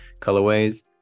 colorways